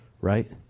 right